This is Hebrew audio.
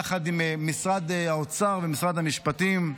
יחד עם משרד האוצר ומשרד המשפטים.